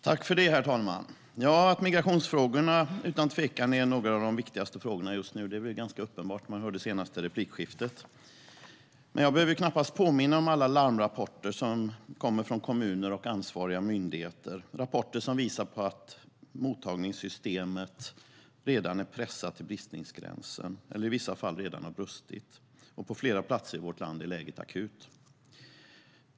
Herr talman! Migrationsfrågorna är utan tvekan några av de viktigaste frågorna just nu. Det var ganska uppenbart när man hörde det senaste replikskiftet. Jag behöver knappast påminna om alla larmrapporter från kommuner och ansvariga myndigheter. Det är rapporter som visar på att mottagningssystemet redan är pressat till bristningsgränsen eller i vissa fall redan har brustit. På flera platser i vårt land är läget akut.